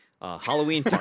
Halloween